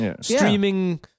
streaming